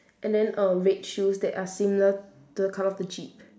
and then err red shoes that are similar to the colour of the jeep